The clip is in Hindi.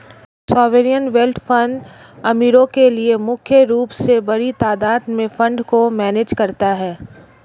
सोवेरियन वेल्थ फंड अमीरो के लिए मुख्य रूप से बड़ी तादात में फंड को मैनेज करता है